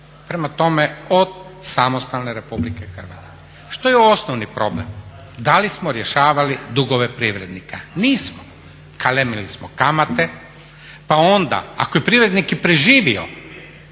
1990.prema tome od samostalne RH. Što je osnovni problem? da li smo rješavali dugove privrednika? Nismo. Kalemili smo kamate, pa onda ako je privrednik i preživio